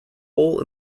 hole